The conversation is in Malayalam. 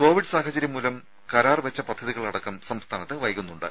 കോവിഡ് സാഹചര്യംമൂലം കരാർവെച്ച പദ്ധതികളടക്കം സംസ്ഥാനത്ത് വൈകുന്നുണ്ട്